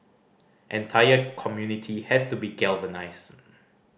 entire community has to be galvanised